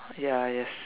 ya yes